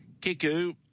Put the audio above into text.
Kiku